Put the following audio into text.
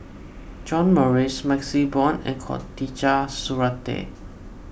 John Morrice MaxLe Blond and Khatijah Surattee